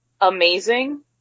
amazing